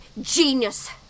genius